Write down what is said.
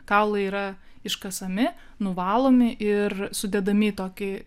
kaulai yra iškasami nuvalomi ir sudedami į tokį